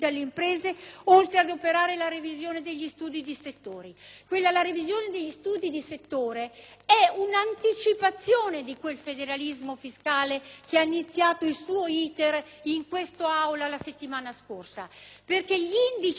di settore. Tale revisione costituisce un'anticipazione di quel federalismo fiscale che ha iniziato il suo *iter* in quest'Aula la settimana scorsa, perché gli indici di normalità economica vengono stabiliti